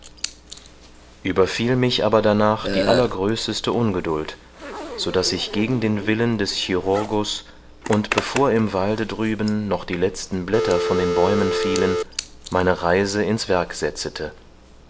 überfiel mich aber danach die allergrößeste ungeduld so daß ich gegen den willen des chirurgus und bevor im walde drüben noch die letzten blätter von den bäumen fielen meine reise ins werk setzete